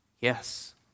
yes